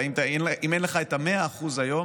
אם אין לך את ה-100% היום,